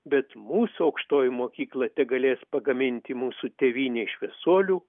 bet mūsų aukštoji mokykla tegalės pagaminti mūsų tėvynei šviesuolių